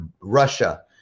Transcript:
Russia